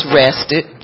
rested